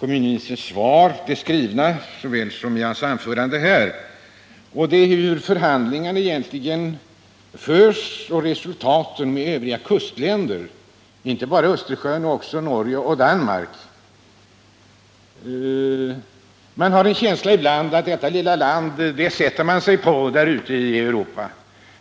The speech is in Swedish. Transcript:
kommunministerns skrivna svar som i hans anförande här, och det var hur förhandlingarna med övriga kustländer-inte bara i Östersjön utan också Norge och Danmark — egentligen förs och resultaten av dessa. Man har ibland en känsla av att detta lilla land sätter man sig på ute i Europa.